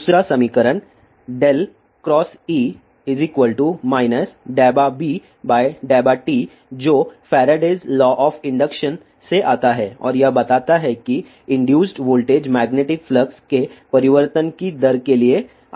दूसरा समीकरण ×E ∂B∂t जो Faraday's law of induction Faraday's law of induction से आता है और यह बताता है कि इनडुसड वोल्टेज मैग्नेटिक फ्लक्स के परिवर्तन की दर के लिए आनुपातिक है